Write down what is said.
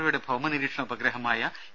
ഒയുടെ ഭൌമനിരീക്ഷണ ഉപഗ്രഹമായ ഇ